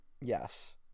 Yes